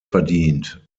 verdient